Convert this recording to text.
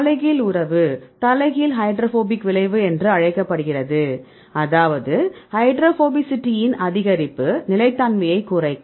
தலைகீழ் உறவு தலைகீழ் ஹைட்ரோபோபிக் விளைவு என்று அழைக்கப்படுகிறது அதாவது ஹைட்ரோபோபசிட்டியின் அதிகரிப்பு நிலைத்தன்மையைக் குறைக்கும்